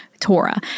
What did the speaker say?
Torah